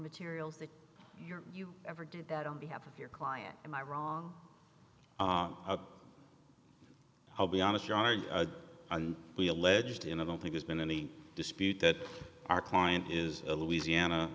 materials that your you ever did that on behalf of your client am i wrong i'll be honest and we alleged in i don't think there's been any dispute that our client is a louisiana